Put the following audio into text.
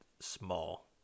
small